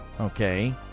Okay